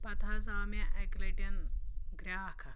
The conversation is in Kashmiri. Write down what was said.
پَتہٕ حظ آو مےٚ اَکہِ لَٹہِ گرٛاکھ اَکھ